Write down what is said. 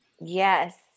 Yes